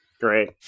Great